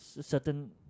certain